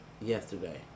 yesterday